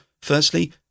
firstly